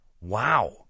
Wow